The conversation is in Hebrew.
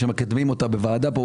שמקדמים אותה בוועדה פה,